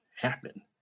happen